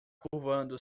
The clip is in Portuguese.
curvando